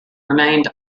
remained